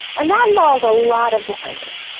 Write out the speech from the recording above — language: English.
and that involves a lot of differences.